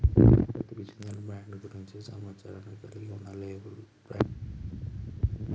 ఉత్పత్తికి చెందిన బ్రాండ్ గురించి సమాచారాన్ని కలిగి ఉన్న లేబుల్ ని బ్రాండ్ లేబుల్ అంటుండ్రు